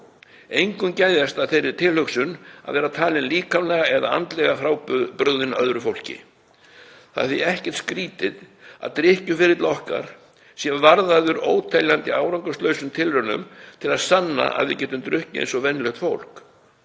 Engum geðjast að þeirri tilhugsun að vera talinn líkamlega eða andlega frábrugðinn öðru fólki. Það er því ekkert skrýtið að drykkjuferill okkar sé varðaður óteljandi árangurslausum tilraunum til að sanna að við getum drukkið eins og venjulegt fólk.